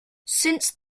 since